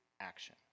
action